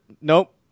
Nope